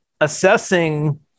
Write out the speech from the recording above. assessing